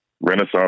renaissance